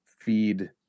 feed